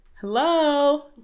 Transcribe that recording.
Hello